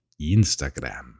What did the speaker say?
Instagram